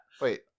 Wait